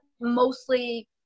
mostly